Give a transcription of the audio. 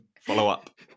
follow-up